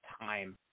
time